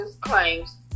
claims